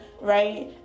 right